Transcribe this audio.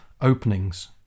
openings